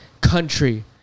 country